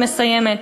אני מסיימת.